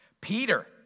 Peter